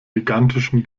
gigantischen